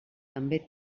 també